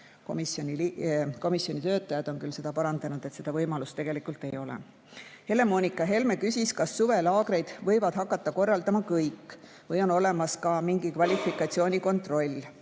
Komisjoni töötajad küll parandasid, et seda võimalust tegelikult ei ole. Helle-Moonika Helme küsis, kas suvelaagreid võivad hakata korraldama kõik või on olemas ka mingi kvalifikatsiooni kontroll.